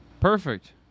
Perfect